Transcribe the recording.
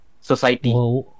society